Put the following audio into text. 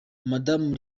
madamu